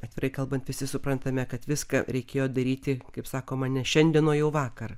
atvirai kalbant visi suprantame kad viską reikėjo daryti kaip sakoma ne šiandien o jau vakar